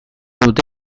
dute